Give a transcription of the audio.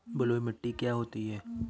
बलुइ मिट्टी क्या होती हैं?